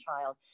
child